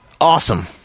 awesome